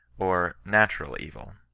or natural evil,